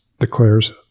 declares